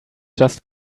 just